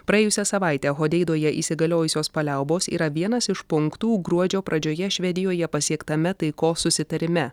praėjusią savaitę hodeidoje įsigaliojusios paliaubos yra vienas iš punktų gruodžio pradžioje švedijoje pasiektame taikos susitarime